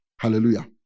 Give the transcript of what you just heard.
Hallelujah